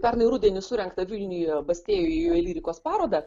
pernai rudenį surengtą vilniuje bastėjoje juvelyrikos parodą